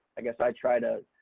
i guess i try to,